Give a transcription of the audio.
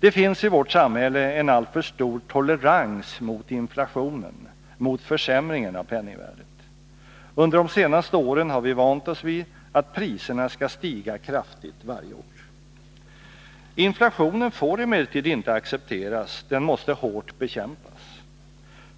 Det finns i vårt samhälle en alltför stor tolerans mot inflationen, mot försämringen av penningvärdet. Under de senaste åren har vi vant oss vid att priserna skall stiga kraftigt varje år. Inflationen får emellertid inte accepteras, den måste hårt bekämpas.